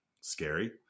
Scary